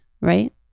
right